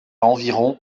environ